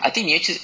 I think 你会吃